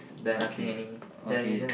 okay okay